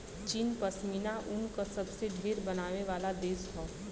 चीन पश्मीना ऊन क सबसे ढेर बनावे वाला देश हौ